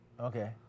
Okay